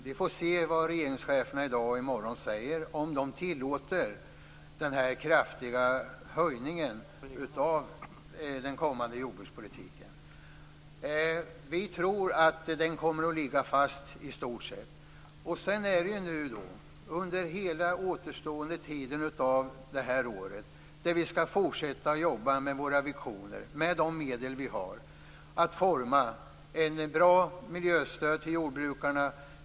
Vi får se vad regeringscheferna i dag och i morgon säger, om de tillåter den kraftiga höjningen av det kommande jordbruksstödet. Vi tror att det i stort sett kommer att ligga fast. Under hela återstoden av året skall vi fortsätta att jobba med våra visioner och med de medel som vi har att forma ett bra miljöstöd till jordbrukarna.